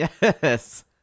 Yes